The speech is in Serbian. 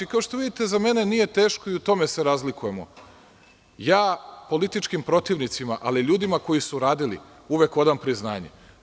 I kao što vidite za mene nije teško, i u tome se razlikujemo, ja političkim protivnicima, ali ljudima koji su radili, uvek odam priznanje.